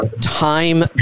time